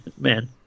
man